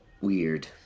weird